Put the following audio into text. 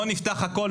בואו נפתח הכול,